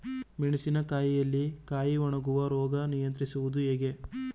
ಮೆಣಸಿನ ಕಾಯಿಯಲ್ಲಿ ಕಾಯಿ ಒಣಗುವ ರೋಗ ನಿಯಂತ್ರಿಸುವುದು ಹೇಗೆ?